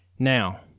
Now